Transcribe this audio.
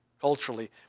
culturally